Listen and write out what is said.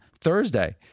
Thursday